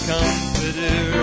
Comforter